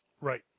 Right